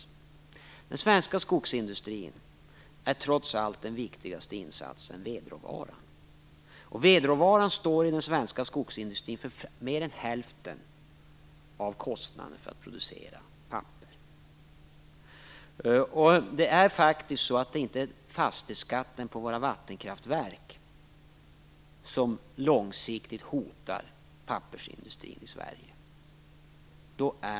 I den svenska skogsindustrin är trots allt den viktigaste insatsen vedråvaran, och vedråvaran står i den svenska skogsindustrin för mer än hälften av kostnaden för att producera papper. Det är faktiskt inte fastighetsskatten på våra vattenkraftverk som långsiktigt hotar pappersindustrin i Sverige.